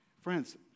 Friends